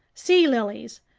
sea lilies,